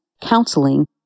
counseling